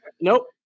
Nope